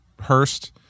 Hurst